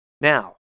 Now